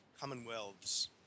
Commonwealths